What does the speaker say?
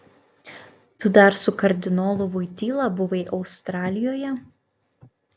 tu dar su kardinolu voityla buvai australijoje